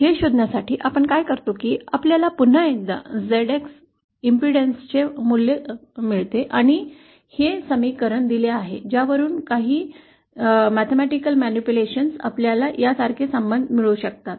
हे शोधण्यासाठी आपण काय करतो की आपल्याला पुन्हा एकदा ZX प्रतिबाधाचे मूल्य सापडते आणि हे समीकरण दिले आहे ज्यावरून काही गणिती फेरफार केल्यावर आपल्याला यासारखे संबंध मिळू शकतात